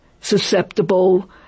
susceptible